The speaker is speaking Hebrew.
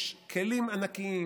יש כלים ענקיים